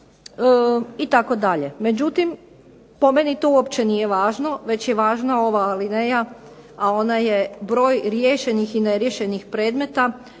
itd. Međutim, po meni to uopće nije važno već je važna ova alineja, a ona je broj riješenih i neriješenih predmeta